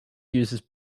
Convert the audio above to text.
used